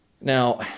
Now